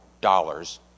dollars